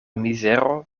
mizero